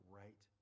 right